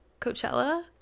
Coachella